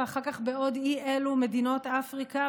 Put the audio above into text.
ואחר כך בעוד אי אלו מדינות אפריקה,